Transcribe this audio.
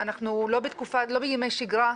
אנחנו לא בימי שגרה,